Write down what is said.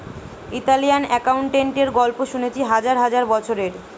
Italian অ্যাকাউন্টেন্টের গল্প শুনেছি হাজার হাজার বছরের